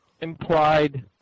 implied